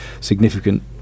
significant